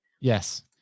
yes